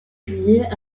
juillet